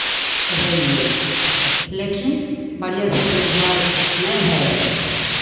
रहियै लेकिन बढ़िआँसँ देखभाल नहि होइत रहै